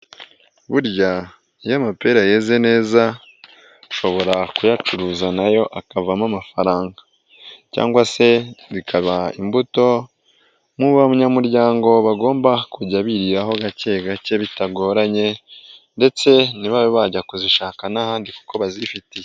Burya iyo amapera yeze neza ashobora kuyacuruza nayo akavamo amafaranga cyangwa se bikaba imbuto mu banyamuryango bagomba kujya biriraho gake gake bitagoranye ndetse ntibabe bajya kuzishaka n'ahandi kuko bazifitiye.